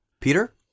Peter